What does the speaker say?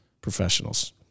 professionals